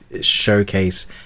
showcase